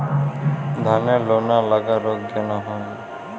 ধানের লোনা লাগা রোগ কেন হয়?